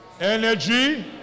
energy